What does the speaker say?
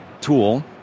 tool